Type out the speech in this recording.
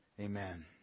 Amen